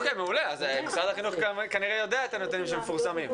כנראה משרד החינוך יודע את הנתונים שמפורסמים.